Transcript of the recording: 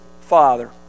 father